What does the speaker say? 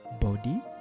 body